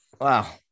Wow